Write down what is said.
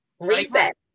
Reset